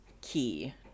key